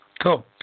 Cool